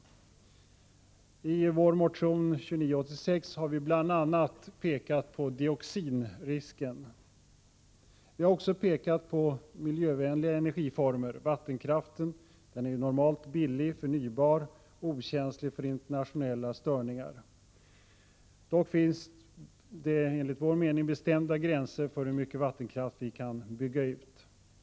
I vår motion 2986 har vi bl.a. pekat på dioxinrisken. Vi har också pekat på miljövänliga energiformer. Vattenkraften är normalt billig, förnybar och okänslig för internationella störningar. Dock finns det enligt vår mening bestämda gränser för hur mycket vattenkraft vi kan bygga ut.